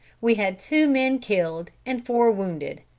we had two men killed and four wounded,